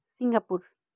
Singapore